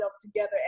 together